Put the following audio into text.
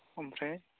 ओमफ्राय